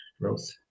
growth